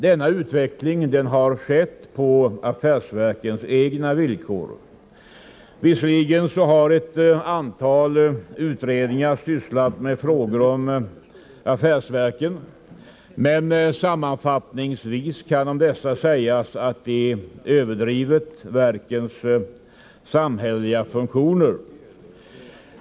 Denna utveckling har dock skett på affärsverkens egna villkor. Visserligen har ett antal utredningar sysslat med frågor som gäller affärsverken, men sammanfattningsvis kan om dessa sägas att de gått till överdrift när det gäller verkens samhälleliga funktioner.